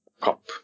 cup